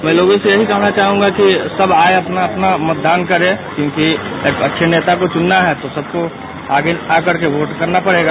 मैं लोगों से यह कहना चाहूंगा कि सब आये अपना अपना मतदान करें क्योंकि अच्छे नेता को चुनना है तो आगे आके वोट करना पड़ेगा